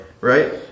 right